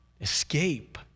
escape